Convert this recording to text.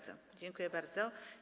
Dziękuję bardzo.